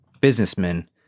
businessmen